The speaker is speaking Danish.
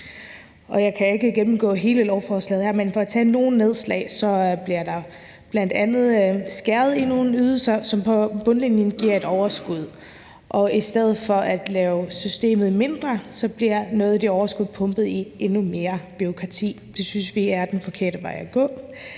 Jeg kan ikke gennemgå hele lovforslaget her, men for at tage nogle nedslag, vil jeg sige, at der bl.a. bliver skåret i nogle ydelser, som på bundlinjen giver et overskud. Og i stedet for at lave systemet mindre, bliver noget af det overskud pumpet ind i endnu mere bureaukrati. Det synes vi er den forkerte vej at gå.